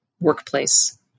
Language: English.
workplace